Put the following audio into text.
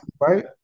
right